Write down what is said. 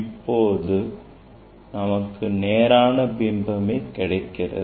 இப்பொழுதும் நமக்கு நேரான பிம்பமே கிடைக்கிறது